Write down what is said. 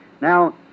Now